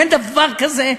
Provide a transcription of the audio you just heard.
אין דבר כזה.